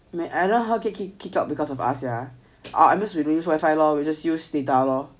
kick kick kick out because us sia we don't use wifi lor will just use data lor